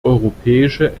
europäische